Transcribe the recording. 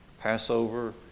Passover